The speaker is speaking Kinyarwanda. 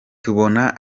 tubona